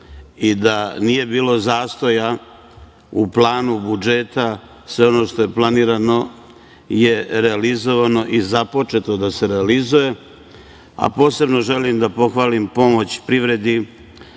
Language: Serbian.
i da nije bilo zastoja u planu budžeta. Sve ono što je planirano je realizovano i započeto da se realizuje, a posebno želim da pohvalim pomoć privredi